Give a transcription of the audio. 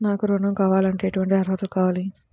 నాకు ఋణం కావాలంటే ఏటువంటి అర్హతలు కావాలి?